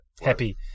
Happy